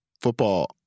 football